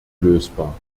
lösbar